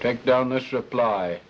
back down this reply